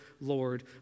Lord